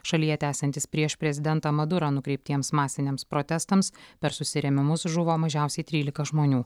šalyje tęsiantis prieš prezidentą madurą nukreiptiems masiniams protestams per susirėmimus žuvo mažiausiai trylika žmonių